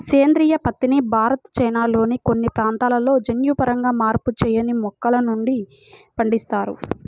సేంద్రీయ పత్తిని భారత్, చైనాల్లోని కొన్ని ప్రాంతాలలో జన్యుపరంగా మార్పు చేయని మొక్కల నుండి పండిస్తారు